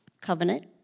covenant